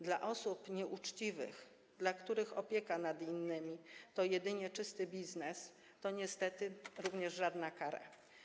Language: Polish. Dla osób nieuczciwych, dla których opieka nad innymi to jedynie czysty biznes, to niestety również żadna kara.